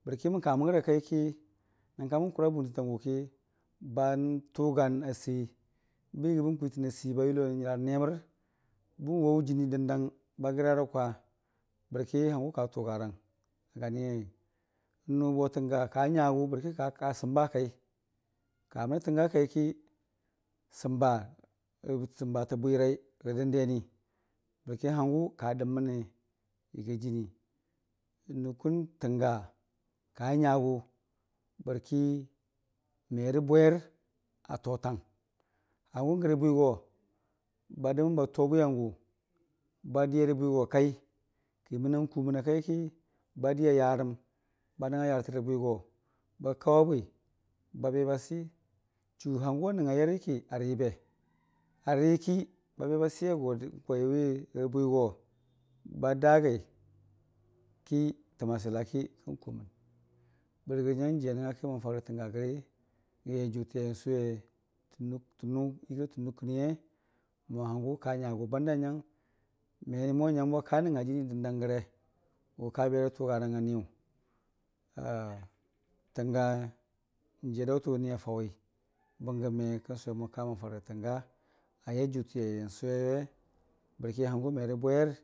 Mən kamən gəra kaiki na kanən kʊra buntə tangʊki ba tʊgan a sii bən yəgii bən kwiitən a sii ba yəlo nən nyəra nemər bən waʊ jənii dəndang bagra rə kwa bərki n'hangʊ ka rə tʊgarang. N'nʊ bo tənga ka nyagʊ bərki ka kaa səmba akwai kamənə tənga kaiki səmba səmbatə bwirai rə dəndeni bərki n'hangʊ ka dəmmənə yəgai jənii. N'nukkun, tənga ka nyagʊ merə bwayər atotang hangʊ gərə bwigo ba dəmən ba too bwiyan gʊ badi rə bwiho akai, ki mənan kuməna kaiki ba diya ya rə ba nəm nga yartə rə bwigo ba kawe bwi ba be basi, chu hangʊ a nəngnga yari ki aribe, ariki babe ba si a gwa n'kwai wi rə bwigo ba daagai ki təm a silaki kə kumən, bəri gərə nyang jii a nəngnga kimən farə tənga gəri gən yai jʊtə n'sʊwe tənʊ yəgiira tənukku niiye mo n'hangʊ ka nyagʊ nyang memo nyangbo kan nəngnga jənii dəndang gəre wʊka berərə tʊgarang a niyʊ tənga n'jii ania daʊtən ba faʊwi bə ngə n'me kən sʊwe mo kamən farə tənga ayai jutiyaiyən suweiye bərki n'hangʊ mera bwayar.